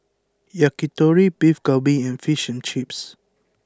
Yakitori Beef Galbi and Fish and Chips